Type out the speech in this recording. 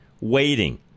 waiting